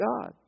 God